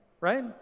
Right